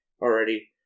already